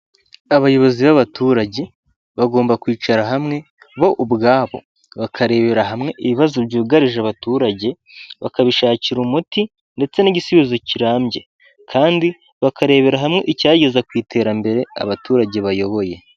Abayobozi b'abaturage bagomba kwicara hamwe bo ubwabo bakarebera hamwe ibibazo byugarije abaturage bakabishakira umuti ndetse n'igisubizo kirambye, kandi bakarebera hamwe icyageza ku iterambere abaturage bayoboye.